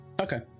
okay